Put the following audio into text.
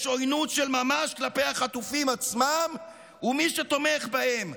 יש "עוינות של ממש כלפי החטופים עצמם ומי שתומך בהם,